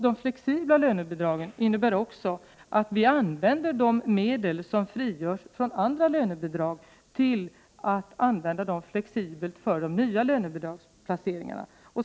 De flexibla lönebidragen innebär också att vi använder de medel som frigörs från andra lönebidrag flexibelt för de nya lönebidragsplaceringarna.